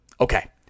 okay